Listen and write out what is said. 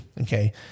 Okay